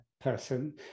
person